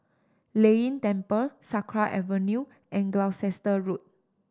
Lei Yin Temple Sakra Avenue and Gloucester Road